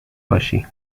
باشی